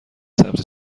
سمت